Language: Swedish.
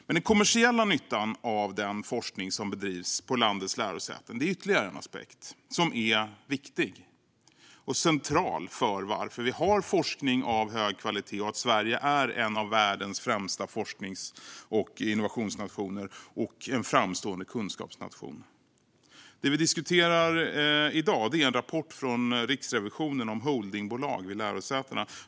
Men den kommersiella nyttan av den forskning som bedrivs på landets lärosäten är ytterligare en aspekt som är viktig och central för varför vi har forskning av hög kvalitet och att Sverige är en av världens främsta forsknings och innovationsnationer och en framstående kunskapsnation. Det vi diskuterar i dag är en rapport från Riksrevisionen om holdingbolag vid lärosätena.